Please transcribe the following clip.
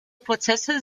prozesse